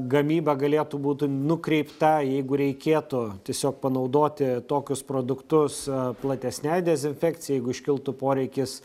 gamyba galėtų būti nukreipta jeigu reikėtų tiesiog panaudoti tokius produktus platesnei dezinfekcijai jeigu iškiltų poreikis